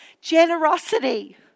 generosity